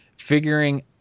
Figuring